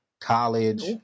college